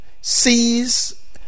sees